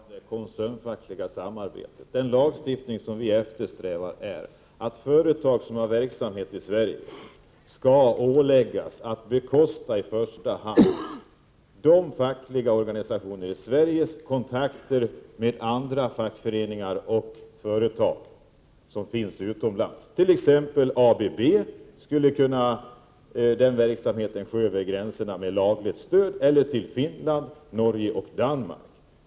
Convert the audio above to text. Herr talman! Allra sist vill jag säga om det koncernfackliga samarbetet att 16 november 1988 den lagstiftning som som vi eftersträvar innebär att företag som har Sa oo verksamhet i Sverige skall åläggas att bekosta i första hand de fackliga organisationernas i Sverige kontakter med andra fackföreningar och företag som finns utomlands. Exempelvis skulle verksamheten vid Asea Brown Bovery kunna ske över gränserna med lagligt stöd, och likaså till Finland, Norge och Danmark.